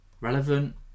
relevant